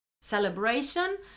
celebration